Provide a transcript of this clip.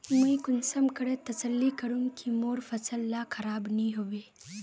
मुई कुंसम करे तसल्ली करूम की मोर फसल ला खराब नी होबे?